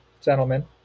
gentlemen